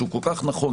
שהוא כל כך נכון,